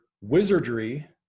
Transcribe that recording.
wizardry